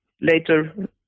later